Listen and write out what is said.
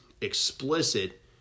explicit